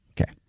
Okay